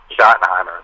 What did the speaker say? Schottenheimer